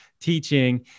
teaching